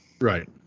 Right